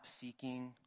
seeking